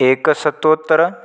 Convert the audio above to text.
एकशतोत्तर